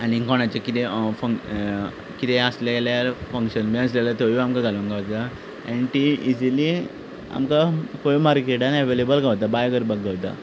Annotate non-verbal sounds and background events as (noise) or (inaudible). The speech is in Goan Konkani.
आनी कोणाचें कितें (unintelligible) कितें आसलें जाल्यार फंक्शन बी आसलें जाल्यार थंयूय आमकां घालूंक गावता ऍन्ड तीं इजिली आमकां खंय मार्केटांत अवेलेबल गावता बाय करपाक गावता